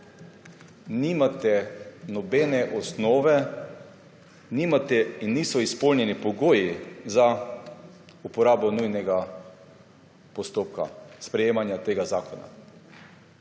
Nimate nobene osnove in niso izpolnjeni pogoji za uporabo nujnega postopka za sprejemanje tega zakona.